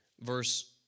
verse